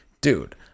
dude